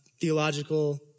theological